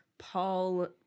paul